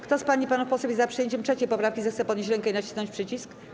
Kto z pań i panów posłów jest za przyjęciem 3. poprawki, zechce podnieść rękę i nacisnąć przycisk.